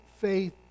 faith